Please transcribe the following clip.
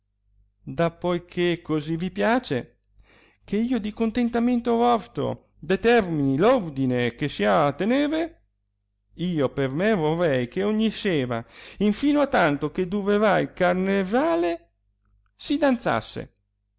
disse da poi che così vi piace che io di contentamento vostro ditermini l'ordine che si ha a tenere io per me vorrei che ogni sera infìno a tanto che durerà il carnesale si danzasse